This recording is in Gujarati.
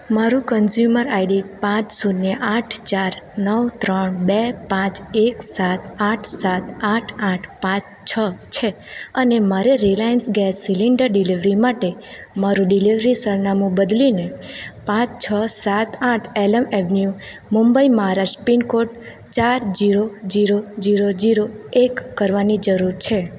મારું કન્ઝ્યુમર આઈડી પાંચ શૂન્ય આઠ ચાર નવ ત્રણ બે પાંચ એક સાત આઠ સાત આઠ આઠ પાંચ છ છે અને મારે રિલાઇન્સ ગેસ સિલિન્ડર ડિલેવરી માટે મારું ડિલેવરી સરનામું બદલીને પાંચ છ સાત આઠ elm avenue Mumbai Maharashtra pin code ચાર જીરો જીરો જીરો જીરો એક કરવાની જરૂર છે